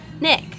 Nick